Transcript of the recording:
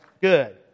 Good